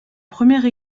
première